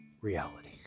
reality